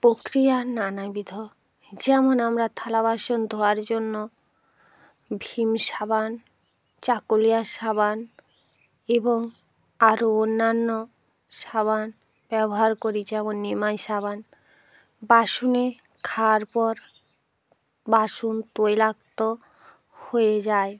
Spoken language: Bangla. প্রক্রিয়া নানাবিধ যেমন আমরা থালা বাসন ধোয়ার জন্য ভীম সাবান চাকুলিয়া সাবান এবং আরো অন্যান্য সাবান ব্যবহার করি যেমন নিমাই সাবান বাসনে খাওয়ার পর বাসন তৈলাক্ত হয়ে যায়